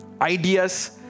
Ideas